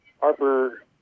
Harper